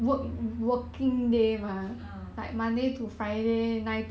ah mm